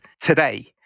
today